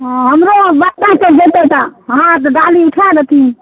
हँ हमरो बच्चा सब जेतै तऽ हँ तऽ डाली उठा देथिन